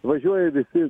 važiuoja visi